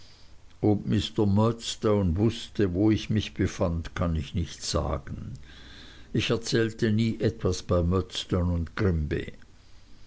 wußte wo ich mich befand kann ich nicht sagen ich erzählte nie etwas bei